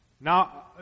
Now